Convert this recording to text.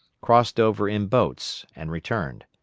crossed over in boats, and returned.